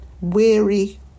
weary